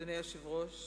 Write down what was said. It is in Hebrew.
אדוני היושב-ראש,